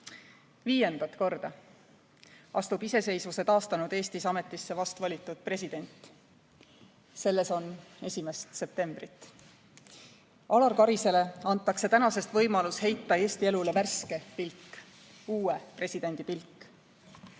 Viiendat korda astub iseseisvuse taastanud Eestis ametisse vastvalitud president. Selles on 1. septembrit. Alar Karisele antakse tänasest võimalus heita Eesti elule värske pilk, uue presidendi pilk.